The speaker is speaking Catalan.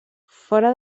fora